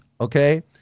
okay